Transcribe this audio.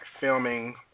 filming